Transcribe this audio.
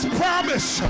promise